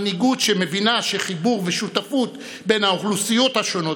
מנהיגות שמבינה שחיבור ושותפות בין האוכלוסיות השונות